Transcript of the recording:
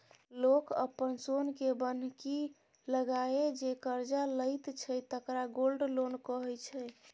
लोक अपन सोनकेँ बन्हकी लगाए जे करजा लैत छै तकरा गोल्ड लोन कहै छै